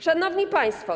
Szanowni Państwo!